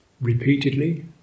repeatedly